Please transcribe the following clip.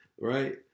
Right